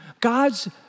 God's